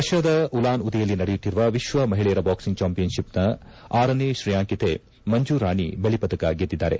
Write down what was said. ರಷ್ಠಾದ ಉಲಾನ್ ಉದೆಯಲ್ಲಿ ನಡೆಯುತ್ತಿರುವ ವಿಶ್ವ ಮಹಿಳೆಯರ ಬಾಕ್ಸಿಂಗ್ ಚಾಂಪಿಯನ್ಶಿಪ್ ನಲ್ಲಿ ಆರನೇ ಶ್ರೇಯಾಂಕಿತೆ ಮಂಜು ರಾಣಿ ಬೆಳ್ಳಿ ಪದಕ ಗೆದ್ದಿದ್ದಾರೆ